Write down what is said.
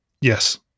Yes